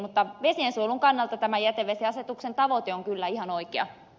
mutta vesiensuojelun kannalta tämän jätevesiasetuksen tavoite on kyllä ihan oikea